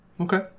Okay